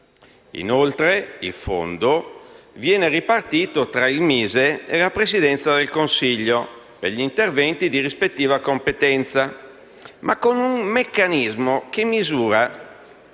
Inoltre, il Fondo viene ripartito tra il MISE e la Presidenza del Consiglio per gli interventi di rispettiva competenza, ma con un meccanismo che misura